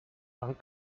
bank